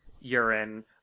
urine